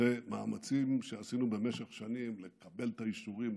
אחרי מאמצים שעשינו במשך שנים לקבל את האישורים,